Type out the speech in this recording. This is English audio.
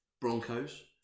Broncos